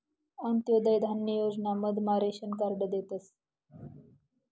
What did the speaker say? अंत्योदय धान्य योजना मधमा रेशन कार्ड देतस